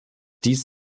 dies